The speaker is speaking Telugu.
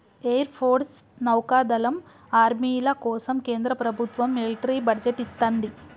ఎయిర్ ఫోర్స్, నౌకాదళం, ఆర్మీల కోసం కేంద్ర ప్రభత్వం మిలిటరీ బడ్జెట్ ఇత్తంది